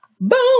boom